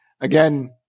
again